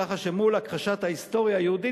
ככה שמול הכחשת ההיסטוריה היהודית